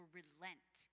relent